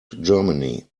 germany